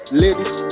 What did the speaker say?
ladies